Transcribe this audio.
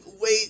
wait